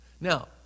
Now